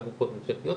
גם מרפאות ממשלתיות.